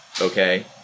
okay